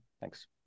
Thanks